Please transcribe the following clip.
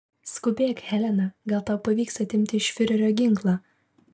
skubėk helena gal tau pavyks atimti iš fiurerio ginklą